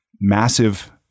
massive